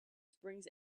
springs